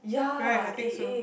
right I think so